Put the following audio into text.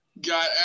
got